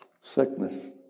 Sickness